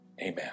Amen